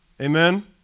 Amen